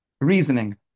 Reasoning